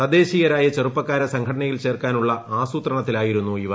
തദ്ദേശീയരായ ചെറുപ്പക്കാരെ സ്ഘ്ടന്യിൽ ചേർക്കാനുള്ള ആസൂത്രണത്തിലായിരുന്നു ഇവർ